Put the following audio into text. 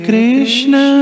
Krishna